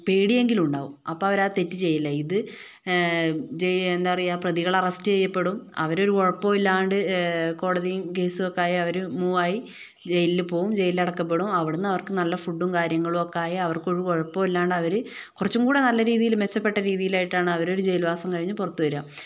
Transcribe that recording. പേടിയെങ്കിലും ഉണ്ടാവും അപ്പൊൾ അവരാ തെറ്റ് ചെയ്യില്ല ഇത് എന്താ പറയുക പ്രതികൾ അറസ്റ്റ് ചെയ്യപ്പെടും അവരൊരു കുഴപ്പമില്ലാണ്ട് കോടതിയും കേസും ഒക്കെയായി അവര് മൂവ് ആയി ജയിലില് പോവും ജയിലിൽ അടയ്ക്കപ്പെടും അവിടുന്ന് അവര് നല്ല ഫുഡും കാര്യങ്ങളും ഒക്കെ ആയി അവർക്ക് ഒരു കുഴപ്പവും ഇല്ലാണ്ട് അവര് കുറച്ചും കൂടി നല്ല മെച്ചപ്പെട്ട രീതിയില് ആയിട്ടാണ് അവരൊരു ജയിൽവാസം കഴിഞ്ഞ് പുറത്ത് വരുക